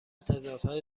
تضادهای